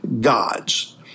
gods